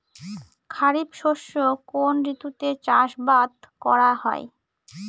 খরিফ শস্য কোন ঋতুতে চাষাবাদ করা হয়?